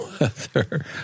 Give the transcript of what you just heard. weather